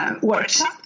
workshop